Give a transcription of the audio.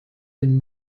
den